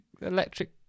electric